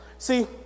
See